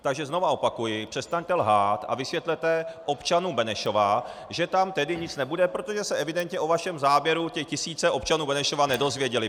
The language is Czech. Takže znovu opakuji, přestaňte lhát a vysvětlete občanům Benešova, že tam tedy nic nebude, protože se evidentně o vašem záměru ty tisíce občanů Benešova nedozvěděly.